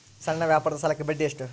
ಸಣ್ಣ ವ್ಯಾಪಾರದ ಸಾಲಕ್ಕೆ ಬಡ್ಡಿ ಎಷ್ಟು?